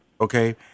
okay